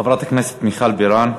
חברת הכנסת מיכל בירן.